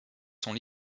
sont